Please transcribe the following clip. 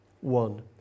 one